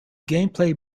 gameplay